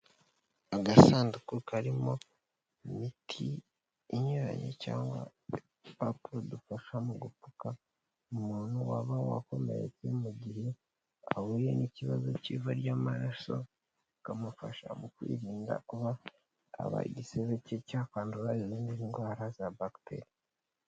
Agasanduku karimo imiti inyuranye cyangwa udupapuro dufasha mu gupfuka umuntu waba wakomeretse mu gihe ahuye n'ikibazo k'iva ry'amaraso, kamufasha mu kwirinda kuba igisibe cye cyakwandura izindi ndwara za bagiteri.